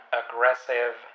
aggressive